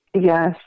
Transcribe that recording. Yes